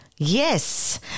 Yes